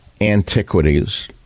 antiquities